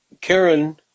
Karen